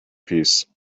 piece